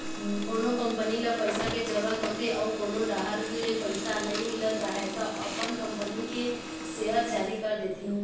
कोनो कंपनी ल पइसा के जरूरत होथे अउ कोनो डाहर ले पइसा नइ मिलत राहय त अपन कंपनी के सेयर जारी कर देथे